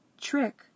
trick